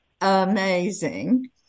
amazing